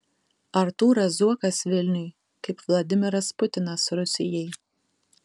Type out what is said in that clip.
artūras zuokas vilniui kaip vladimiras putinas rusijai